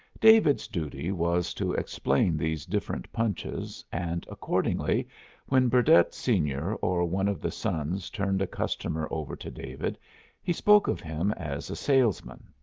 david's duty was to explain these different punches, and accordingly when burdett senior or one of the sons turned a customer over to david he spoke of him as a salesman.